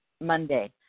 Monday